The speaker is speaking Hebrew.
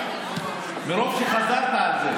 מרוב שחזרת על זה.